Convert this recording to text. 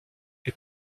est